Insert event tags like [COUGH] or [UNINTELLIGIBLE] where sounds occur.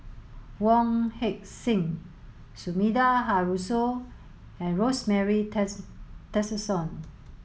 Wong Heck Sing Sumida Haruzo and Rosemary [UNINTELLIGIBLE] Tessensohn